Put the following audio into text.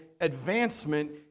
advancement